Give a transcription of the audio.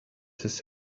his